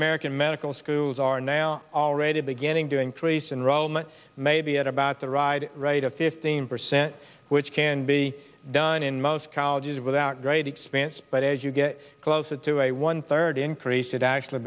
american medical schools are now already beginning to increase in rome and maybe at about the ride right of fifteen percent which can be done in most colleges without great expense but as you get closer to a one third increase it actually